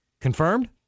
Confirmed